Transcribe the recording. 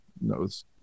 knows